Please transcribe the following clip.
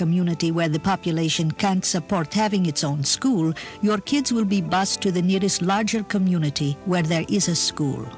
community where the population can support having its own school your kids will be bussed to the nearest larger community where there is a school